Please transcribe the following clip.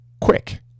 quick